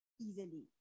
easily